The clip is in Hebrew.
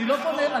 אני גם עונה בכבוד.